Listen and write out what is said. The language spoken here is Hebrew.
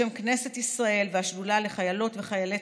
בשם כנסת ישראל והשדולה לחיילות וחיילי